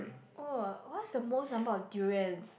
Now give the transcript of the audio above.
oh what's the most number of durians